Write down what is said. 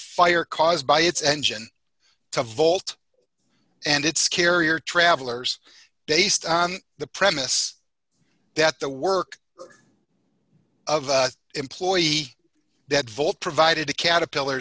fire caused by its engine to volt and its carrier travelers based on the premise that the work of the employee that volt provided a caterpillar